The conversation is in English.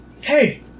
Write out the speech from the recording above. Hey